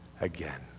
again